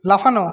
লাফানো